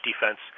defense